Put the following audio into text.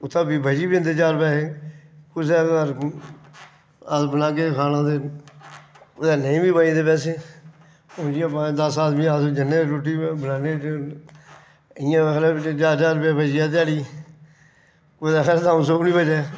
उत्थै दा फ्ही बची बी जंदे चार पैसे कुसा दे घर अस बनागे खाना ते नेई बी बचदे पैसे हून जि'यां पंज दस्स आदमी अस जन्ने रूट्टी बनाने ते इ'यां खबरै ज्हार ज्हार रपेआ बची जा ध्याड़ी कुतै खबरै सौ सौ बी निं बचै